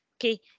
Okay